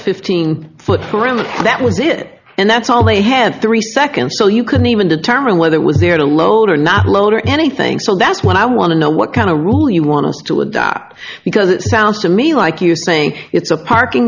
fifteen foot perimeter that was it and that's all they had three seconds so you couldn't even determine whether it was there to load or not load or anything so that's what i want to know what kind of rule you want us to adopt because it sounds to me like you're saying it's a parking